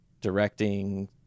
directing